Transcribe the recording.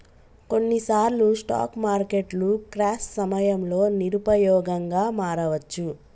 కొన్నిసార్లు స్టాక్ మార్కెట్లు క్రాష్ సమయంలో నిరుపయోగంగా మారవచ్చు